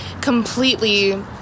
completely